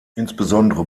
insbesondere